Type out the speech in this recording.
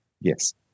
Yes